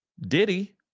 Diddy